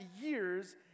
years